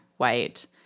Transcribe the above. white